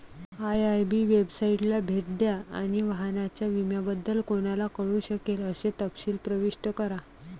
IIB वेबसाइटला भेट द्या आणि वाहनाच्या विम्याबद्दल कोणाला कळू शकेल असे तपशील प्रविष्ट करा